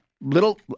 little